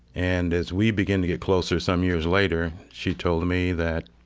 and as we began to get closer some years later, she told me that